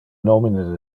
nomine